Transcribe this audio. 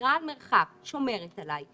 ושמירה על מרחק שומרת עליי,